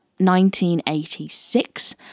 1986